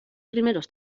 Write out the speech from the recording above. primeros